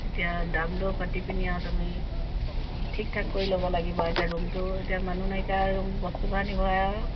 এতিয়া দামটো পাতি পিনি আৰু তুমি ঠিক ঠাক কৰি ল'ব লাগিব এতিয়া ৰুমটো এতিয়া মানুহ নাইকীয়া ৰুম বস্তু বাহানি ভৰাই আৰু